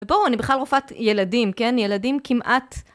ובואו, אני בכלל רופאת ילדים, כן? ילדים כמעט...